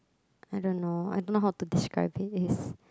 I don't know I don't know how it describe it is